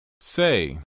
Say